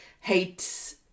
hates